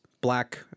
black